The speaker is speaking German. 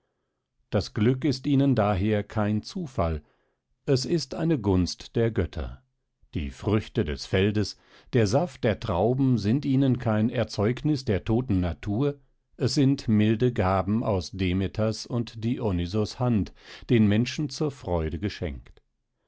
das glück ist ihnen daher kein zufall es ist eine gunst der götter die früchte des feldes der saft der trauben sind ihnen kein erzeugnis der toten natur es sind milde gaben aus demeters und dionysos hand den menschen zur freude geschenkt